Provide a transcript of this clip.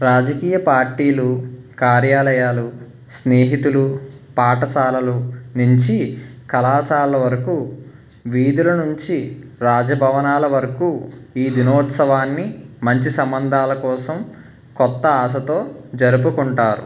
రాజకీయ పార్టీలు కార్యాలయాలు స్నేహితులు పాఠశాలలు నుంచి కళాశాలలు వరకు వీధుల నుంచి రాజభవనాల వరకు ఈ దినోత్సవాన్ని మంచి సంబంధాల కోసం కొత్త ఆశతో జరుపుకుంటారు